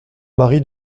mari